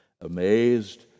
amazed